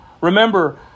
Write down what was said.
Remember